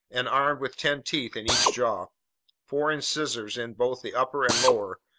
and armed with ten teeth in each jaw four incisors in both the upper and lower,